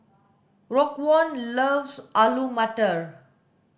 Raekwon loves Alu Matar